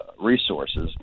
resources